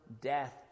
death